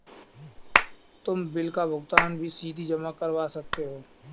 तुम बिल का भुगतान भी सीधा जमा करवा सकते हो